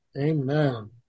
Amen